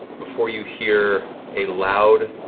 before you hear a loud,